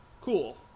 cool